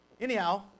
Anyhow